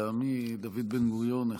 שלטעמי דוד בן-גוריון,